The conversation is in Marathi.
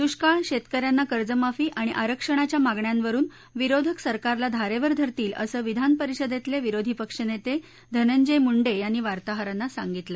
दुष्काळ शेतक यांना कर्जमाफी आणि आरक्षणाच्या मागण्यांवरुन विरोधक सरकारला धारेवर धरतील असं विधान परिषदेतले विरोधी पक्ष नेते धनंजय मुंडे यांनी वार्ताहरांना सांगितलं